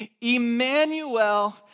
Emmanuel